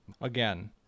Again